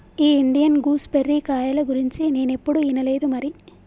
ఈ Indian gooseberry కాయల గురించి నేనేప్పుడు ఇనలేదు మరి